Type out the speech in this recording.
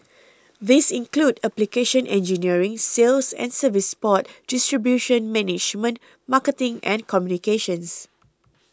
these include application engineering sales and service support distribution management marketing and communications